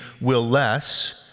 will-less